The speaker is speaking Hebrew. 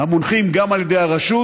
מונחים גם על ידי הרשות,